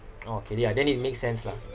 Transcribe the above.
orh K really ah then it makes sense lah